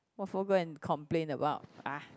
what for go and complain about ah